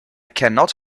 cannot